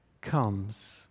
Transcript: comes